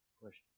question